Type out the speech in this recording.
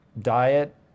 diet